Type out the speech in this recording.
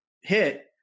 hit